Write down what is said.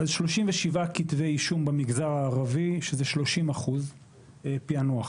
אז 37 כתבי אישום במגזר הערבי, שזה 30% פענוח.